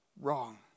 wrong